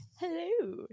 hello